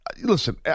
listen